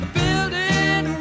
building